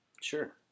Sure